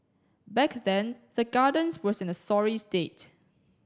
back then the Gardens was in a sorry state